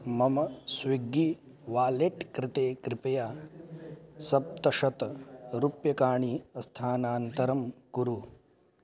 मम Swiggy wallet कृते कृपया सप्तशतरूप्यकाणि स्थानान्तरं कुरु